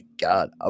god